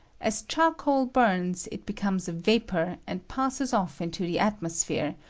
as charcoal bums it becomes a vapor and passes off into the atmosphere,